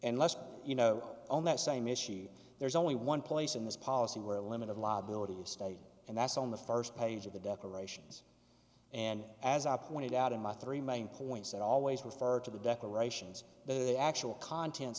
let you know on that same issue there is only one place in this policy where a limit of liability is state and that's on the first page of the decorations and as i pointed out in my three main points that always refer to the declarations the actual contents